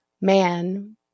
man